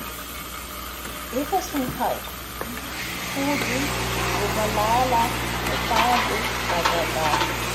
Efatsy ny haiko fody, voromalala papaango o, da gaga.